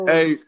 Hey